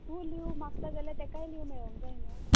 तूं लीव मागता जाल्यार तेकाय लीव मेळूंक जाय न्हय